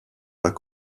pas